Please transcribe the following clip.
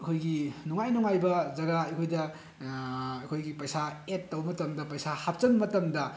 ꯑꯩꯈꯣꯏꯒꯤ ꯅꯨꯡꯉꯥꯏ ꯅꯨꯡꯉꯥꯏꯕ ꯖꯒꯥ ꯑꯩꯈꯣꯏꯗ ꯑꯩꯈꯣꯏꯒꯤ ꯄꯩꯁꯥ ꯑꯦꯗ ꯇꯧꯕ ꯃꯇꯝꯗ ꯄꯩꯁꯥ ꯍꯥꯞꯆꯤꯟꯕ ꯃꯇꯝꯗ